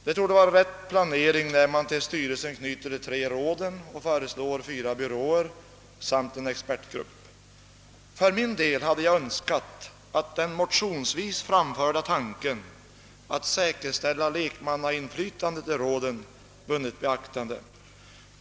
Det torde vara en riktig planering när man till styrelsen knyter de tre råden och före: slår fyra byråer samt en expertgrupp För min del hade jag önskat att den motionsvis framförda tanken att säkerställa lekmannainflytande i rådet vunnit beaktande.